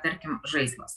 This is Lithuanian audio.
tarkim žaislas